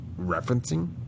referencing